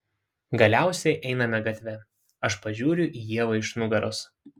galiausiai einame gatve aš pažiūriu į ievą iš nugaros